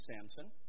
Samson